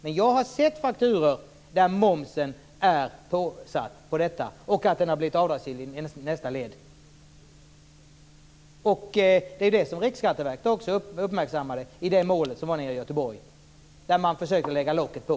Men jag har sett fakturor där momsen är påsatt, och jag har sett att den har blivit avdragsgill i nästa led. Det var det som Riksskatteverket också uppmärksammade i målet nere i Göteborg där man försökte lägga locket på.